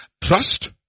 Trust